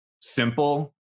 simple